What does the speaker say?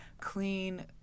clean